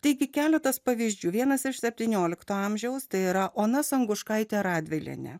taigi keletas pavyzdžių vienas iš septyniolikto amžiaus tai yra ona sanguškaitė radvilienė